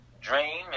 dream